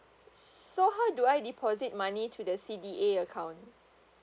so how do I deposit money to the C_D_A account